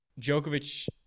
Djokovic